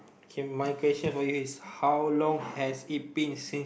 K my question for you is how long has it been since